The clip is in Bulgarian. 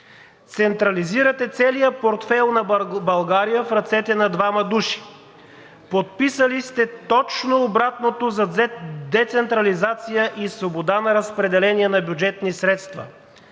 Централизирате целия портфейл на България в ръцете на двама души. Подписали сте точно обратното за децентрализация и свобода на разпределение на бюджетни средства.